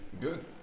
Good